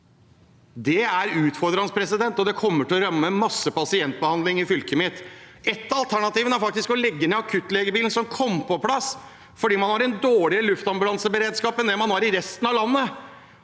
Det er utfordrende, og det kommer til å ramme masse pasientbehandling i fylket mitt. Et av alternativene er faktisk å legge ned akuttlegebilen som kom på plass fordi man har en dårligere luftambulanseberedskap enn i resten av landet.